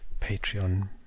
patreon